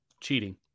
cheating